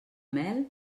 mel